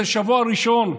זה השבוע הראשון.